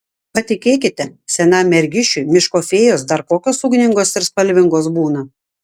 patikėkite senam mergišiui miško fėjos dar kokios ugningos ir spalvingos būna